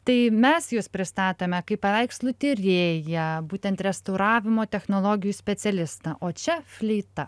tai mes jus pristatome kaip paveikslų tyrėją būtent restauravimo technologijų specialistą o čia fleita